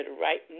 right